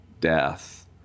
Death